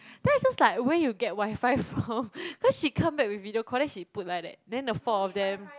then I just like where you get Wi-Fi from cause she come back with video call then she put like that then the four of them